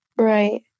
Right